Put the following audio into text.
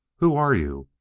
who are you?